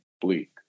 bleak